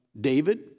David